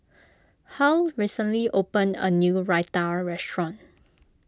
Huy recently opened a new Raita restaurant